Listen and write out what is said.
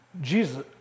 Jesus